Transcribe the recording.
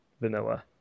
vanilla